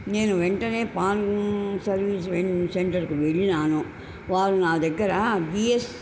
నేను వెంటనే PAN service సెంటర్కు వెళ్ళాను వారు నా దగ్గర బీఎస్